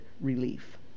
relief